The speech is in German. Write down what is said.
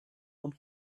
und